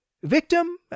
victim